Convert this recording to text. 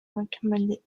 recommended